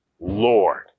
Lord